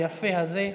היפה הזה,